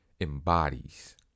embodies